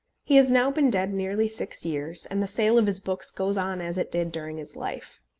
he has now been dead nearly six years, and the sale of his books goes on as it did during his life.